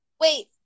wait